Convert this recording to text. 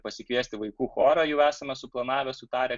pasikviesti vaikų chorą jau esame suplanavę sutarę